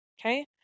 Okay